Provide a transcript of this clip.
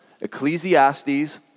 Ecclesiastes